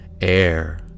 Air